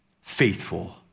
faithful